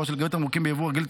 בעוד שלגבי תמרוקים ביבוא רגיל,